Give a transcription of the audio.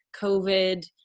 COVID